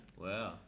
Wow